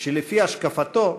שלפי השקפתו,